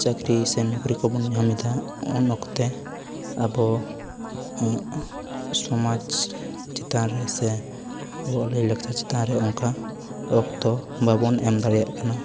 ᱪᱟᱹᱠᱨᱤ ᱥᱮ ᱱᱚᱠᱨᱤ ᱠᱚᱵᱚᱱ ᱧᱟᱢ ᱮᱫᱟ ᱩᱱ ᱚᱠᱛᱮ ᱟᱵᱚ ᱥᱚᱢᱟᱡᱽ ᱪᱮᱛᱟᱱ ᱨᱮᱥᱮ ᱟᱵᱚᱭᱟᱜ ᱞᱟᱹᱭ ᱞᱟᱠᱪᱟᱨ ᱪᱮᱛᱟᱱ ᱨᱮ ᱚᱱᱠᱟ ᱚᱠᱛᱚ ᱵᱟᱵᱚᱱ ᱮᱢ ᱫᱟᱲᱮᱭᱟᱜ ᱠᱟᱱᱟ